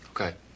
Okay